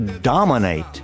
dominate